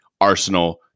Arsenal